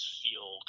feel